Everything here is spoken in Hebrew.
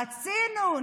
רצינו,